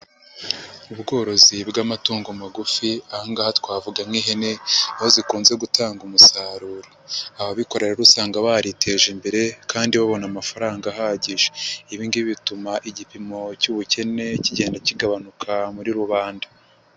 Ubworozi bw'amatungo magufi aha ngaha twavuga nk'ihene aho zikunze gutanga umusaruro. Ababikorera rero usanga bariteje imbere kandi babona amafaranga ahagije, ibi ngibi bituma igipimo cy'ubukene kigenda kigabanuka muri rubanda.